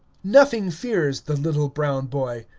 nothing fears the little brown boy.